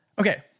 Okay